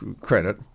credit